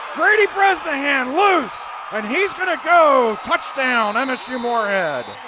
grady bresnahan loose and he's going to go. touchdown and msu moorhead.